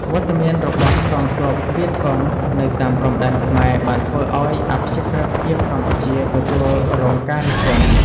វត្តមានរបស់កងទ័ពវៀតកុងនៅតាមព្រំដែនខ្មែរបានធ្វើឱ្យអព្យាក្រឹតភាពកម្ពុជាទទួលរងការរិះគន់។